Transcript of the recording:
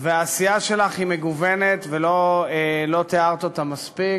והעשייה שלך היא מגוונת, ולא תיארת אותה מספיק,